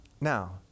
Now